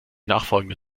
nachfolgende